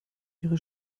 ihre